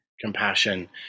compassion